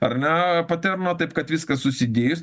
ar ne patema taip kad viską susidėjus